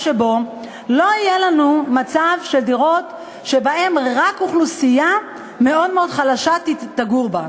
שבו לא יהיה לנו מצב של דירות שרק אוכלוסייה מאוד מאוד חלשה תגור בהן,